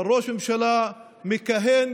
אבל ראש ממשלה מכהן,